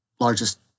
largest